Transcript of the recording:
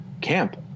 camp